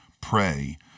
pray